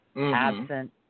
Absent